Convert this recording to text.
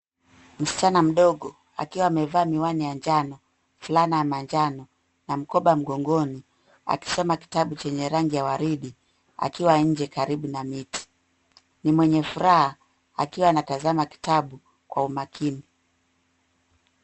Msichana mdogo, akiwa amevaa miwani ya njano, fulana ya manjano na mkoba mgongoni, akisoma kitabu chenye rangi ya waridi akiwa nje karibu na miti. Ni mwenye furaha akiwa anatazama kitabu kwa umakini.